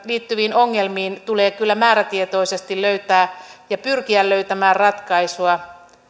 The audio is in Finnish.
liittyviin ongelmiin tulee kyllä määrätietoisesti löytää ja pyrkiä löytämään ratkaisua